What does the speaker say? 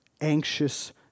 anxious